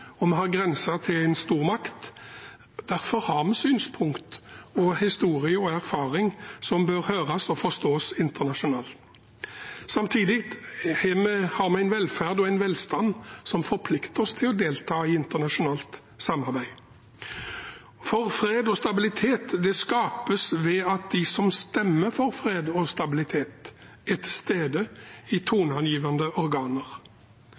til en stormakt. Derfor har vi synspunkter og en historie og erfaring som bør høres og forstås internasjonalt. Samtidig har vi en velferd og en velstand som forplikter oss til å delta i internasjonalt samarbeid. For fred og stabilitet skapes ved at de som stemmer for fred og stabilitet, er til stede i toneangivende organer.